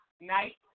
night